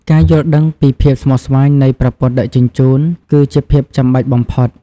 ការយល់ដឹងពីភាពស្មុគស្មាញនៃប្រព័ន្ធដឹកជញ្ជូន គឺជាភាពចាំបាច់បំផុត។